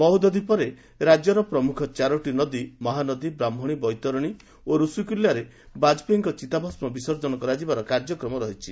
ମହୋଦଧି ପରେ ରାକ୍ୟର ପ୍ରମୁଖ ଚାରୋଟି ନଦୀ ମହାନଦୀ ବ୍ରାହ୍କଶୀ ବୈତରଶୀ ଓ ଋଷିକୁଲ୍ୟାରେ ବାଜପେୟୀଙ୍କ ଚିତାଭସ୍କ ବିସର୍ଜନ କରାଯିବାର କାର୍ଯ୍ୟକ୍ରମ ରହିଛି